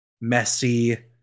messy